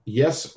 yes